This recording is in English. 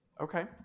Okay